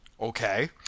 Okay